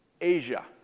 Asia